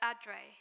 Adre